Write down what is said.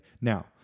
Now